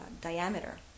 diameter